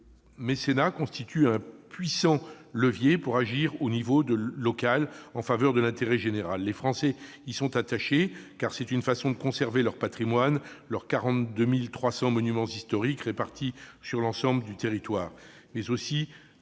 Le mécénat constitue un puissant levier pour agir à l'échelon local en faveur de l'intérêt général. Les Français sont attachés à leur patrimoine, à leurs 42 300 monuments historiques répartis sur l'ensemble du territoire, mais